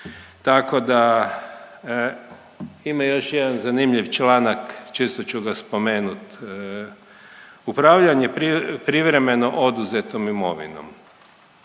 tako da ima još jedan zanimljiv članak čisto ću ga spomenut. Upravljanje privremeno oduzetom imovinom,